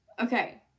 Okay